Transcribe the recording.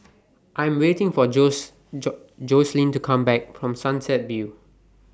I Am waiting For Joselyn to Come Back from Sunset View